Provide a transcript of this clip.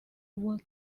was